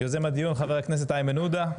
יוזם הדיון חבר הכנסת איימן עודה,